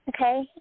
Okay